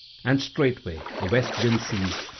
and straightway the west wind ceased,